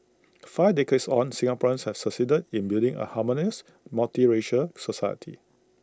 five decades on Singaporeans have succeeded in building A harmonious multiracial society